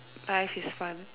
life is fun